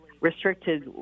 restricted